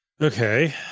Okay